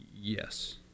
Yes